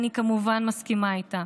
ואני כמובן מסכימה איתה.